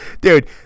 Dude